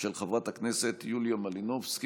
של חברת הכנסת יוליה מלינובסקי.